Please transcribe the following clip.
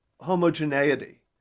homogeneity